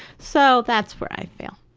so that's where i fail.